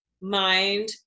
mind